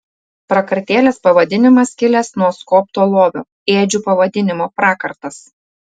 prakartėlės pavadinimas kilęs nuo skobto lovio ėdžių pavadinimo prakartas